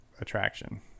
attraction